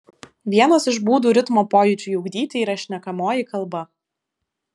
vienas iš būdų ritmo pojūčiui ugdyti yra šnekamoji kalba